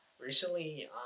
recently